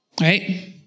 Right